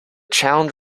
challenge